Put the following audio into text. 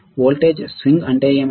voltage swing అంటే ఏమిటి